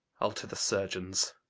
ile to the surgeons